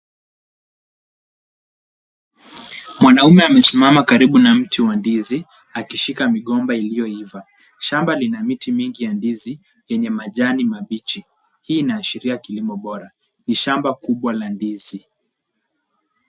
Mwanamume amesimama karibu na mti wa ndizi, akishika migomba iliyoiva. Shamba lina miti mingi ya ndizi, yenye majani mabichi. Hii inaashiria kilimo bora. Ni shamba kubwa la ndizi.